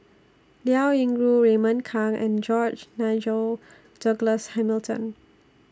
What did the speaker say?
Liao Yingru Raymond Kang and George Nigel Douglas Hamilton